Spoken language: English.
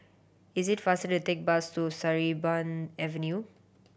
it is faster to take bus to Sarimbun Avenue